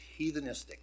heathenistic